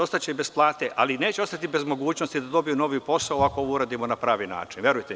Ostaće bez plate, ali neće ostati bez mogućnosti da dobiju novi posao ako ovo uradimo na pravi način, verujte mi.